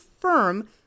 firm